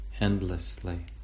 endlessly